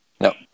no